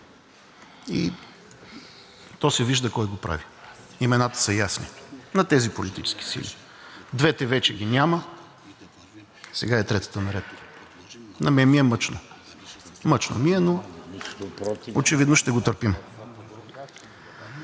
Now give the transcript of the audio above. и то се вижда кой го прави. Имената са ясни на тези политически сили. Двете вече ги няма, сега и третата е наред. На мен ми е мъчно. Мъчно ми е, но очевидно ще го търпим.